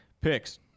Picks